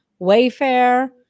Wayfair